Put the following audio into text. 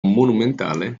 monumentale